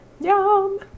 yum